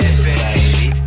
baby